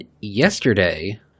Yesterday